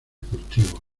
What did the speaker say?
cultivo